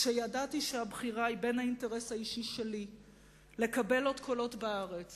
כשידעתי שהבחירה היא בין האינטרס האישי שלי לקבל עוד קולות בארץ